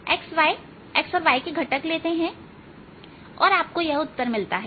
xy x और y घटक लेते हैं और आपको यह उत्तर मिलता है